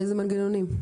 איזה מנגנונים?